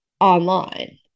online